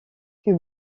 fut